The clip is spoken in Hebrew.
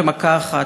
במכה אחת,